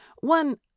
One